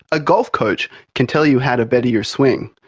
a golf coach can tell you how to better your swing,